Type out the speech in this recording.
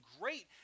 great